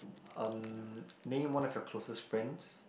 um name one of your closest friends